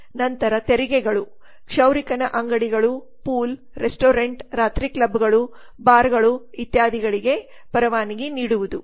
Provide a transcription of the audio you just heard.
ನಂತರ ತೆರಿಗೆಗಳು ಕ್ಷೌರಿಕನ ಅಂಗಡಿಗಳು ಪೂಲ್ಗಳು ರೆಸ್ಟೋರೆಂಟ್ಗಳು ರಾತ್ರಿ ಕ್ಲಬ್ಗಳು ಬಾರ್ಗಳು ಇತ್ಯಾದಿಗಳಿಗೆ ಪರವಾನಗಿ ನೀಡುವುದು